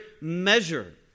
measure